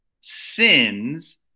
sins